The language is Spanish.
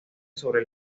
sobre